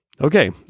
Okay